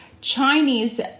Chinese